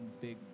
big